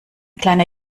kleiner